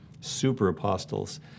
super-apostles